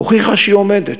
הוכיחה שהיא עומדת,